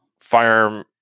firearm